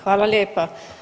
Hvala lijepa.